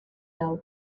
hau